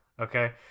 Okay